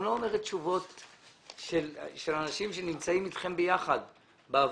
לא אומרת תשובות של אנשים שנמצאים אתכם ביחד בעבודה.